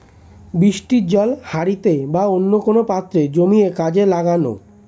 বৃষ্টির জল হাঁড়িতে বা কোন পাত্রে জমিয়ে কাজে লাগানো